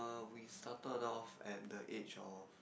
we started off at the age of